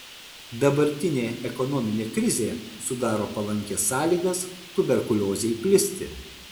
dabartinė ekonominė krizė sudaro palankias sąlygas tuberkuliozei plisti